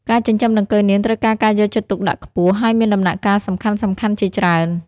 ការចិញ្ចឹមដង្កូវនាងត្រូវការការយកចិត្តទុកដាក់ខ្ពស់ ហើយមានដំណាក់កាលសំខាន់ៗជាច្រើន។